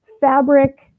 fabric